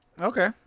okay